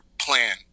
plan